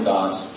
God's